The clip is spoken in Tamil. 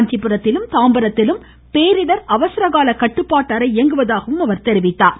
காஞ்சிபுரத்திலும் தாம்பரத்திலும் பேரிடர் அவசரகால கட்டுப்பாட்டு அறை இயங்குவதாகவும் அவர் தெரிவித்தார்